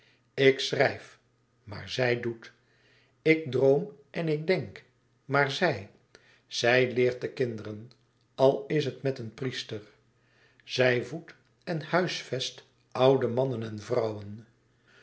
ik schrijf maar zij doet ik droom en ik denk maar zij zij leert de kinderen al is het met een priester zij voedt en huisvest oude mannen en vrouwen